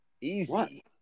Easy